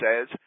says